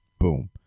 Boom